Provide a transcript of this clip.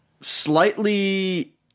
slightly